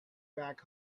back